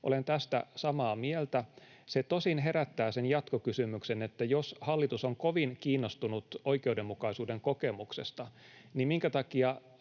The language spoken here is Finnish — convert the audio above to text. Olen tästä samaa mieltä. Se tosin herättää sen jatkokysymyksen, että jos hallitus on kovin kiinnostunut oikeudenmukaisuuden kokemuksesta, niin minkä takia